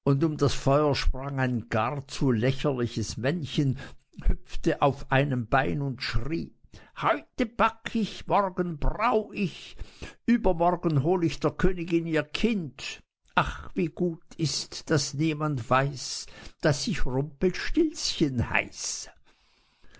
und um das feuer sprang ein gar zu lächerliches männchen hüpfte auf einem bein und schrie heute back ich morgen brau ich übermorgen hol ich der königin ihr kind ach wie gut ist daß niemand weiß daß ich rumpelstilzchen heiß